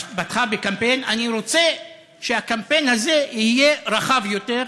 אני רוצה שהקמפיין הזה יהיה רחב יותר,